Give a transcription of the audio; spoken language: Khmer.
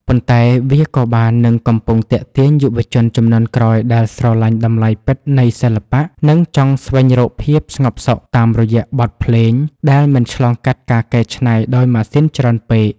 ប៉ុន្តែវាក៏បាននិងកំពុងទាក់ទាញយុវជនជំនាន់ក្រោយដែលស្រឡាញ់តម្លៃពិតនៃសិល្បៈ និងចង់ស្វែងរកភាពស្ងប់សុខតាមរយៈបទភ្លេងដែលមិនឆ្លងកាត់ការកែច្នៃដោយម៉ាស៊ីនច្រើនពេក។